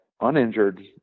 uninjured